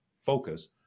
focus